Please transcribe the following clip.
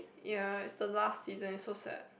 ya it's the last season it's so sad